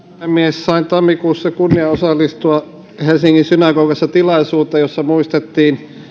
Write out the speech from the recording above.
sain tammikuussa kunnian osallistua helsingin synagogassa tilaisuuteen jossa muisteltiin